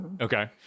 Okay